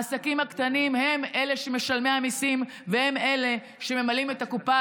העסקים הקטנים הם שמשלמים מיסים והם שממלאים את הקופה